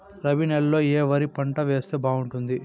రబి నెలలో ఏ వరి పంట వేస్తే బాగుంటుంది